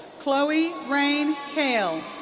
chloe rayne cale.